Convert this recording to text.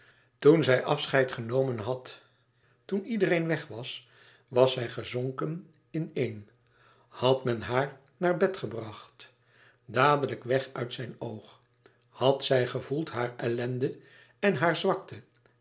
toen hij afscheid genomen had toen iedereen weg was was zij gezonken in-een had men haar naar bed gebracht dadelijk weg uit zijn oog had zij gevoeld hare ellende en hare zwakte